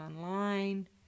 online